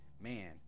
man